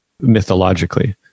Mythologically